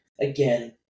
again